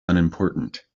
unimportant